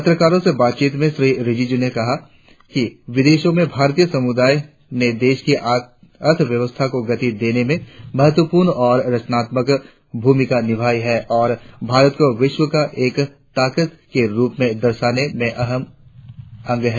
पत्रकारो से बातचीत में श्री रिजिजू ने कहा कि विदेशों में भारतीय समुदाय ने देश की अर्थव्यवस्था को गति देने में महत्वपूर्ण और रचनात्मक भूमिका निभाई है और भारत को विश्व की एक ताकत के रुप में दर्शाने में एक अहम अंग है